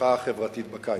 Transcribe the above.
המחאה החברתית בקיץ.